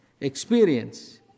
experience